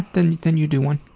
then then you do one.